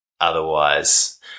Otherwise